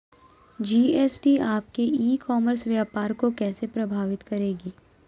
GST आपके e commerce व्यापार को कैसे प्रभावित करेगी?